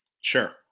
Sure